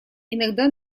иногда